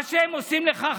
מה שהם עושים לך,